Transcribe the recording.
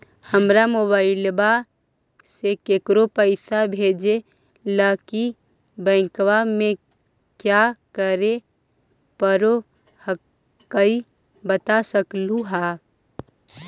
हमरा मोबाइलवा से केकरो पैसा भेजे ला की बैंकवा में क्या करे परो हकाई बता सकलुहा?